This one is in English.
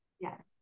Yes